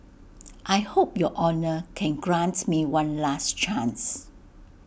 I hope your honour can grant me one last chance